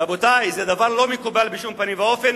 רבותי, זה דבר לא מקובל בשום פנים ואופן.